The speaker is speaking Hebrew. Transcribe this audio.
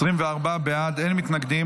24 בעד, אין מתנגדים.